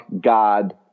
God